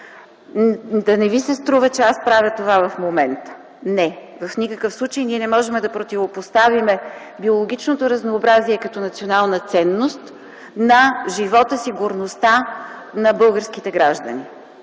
Да не ви се струва, че аз правя това в момента. Не, в никакъв случай ние не можем да противопоставим биологично разнообразие като национална ценност на живота и сигурността на българските граждани.